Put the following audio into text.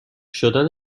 شدن